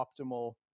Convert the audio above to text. optimal